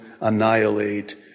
annihilate